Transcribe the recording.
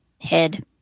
head